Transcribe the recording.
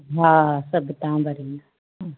हा सभु तव्हां भरींदा